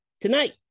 tonight